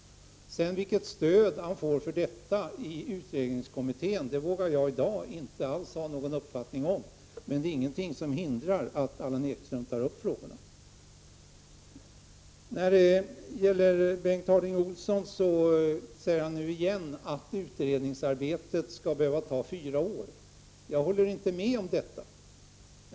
Vilket stöd han får för detta av utredningskommittén vågar jag i dag inte alls ha någon uppfattning om. Men det finns ingenting som hindrar att Allan Ekström tar upp frågorna. Bengt Harding Olson säger nu igen att utredningsarbetet kommer att behöva ta fyra år. Jag håller inte med om detta.